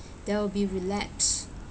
there'll be relapse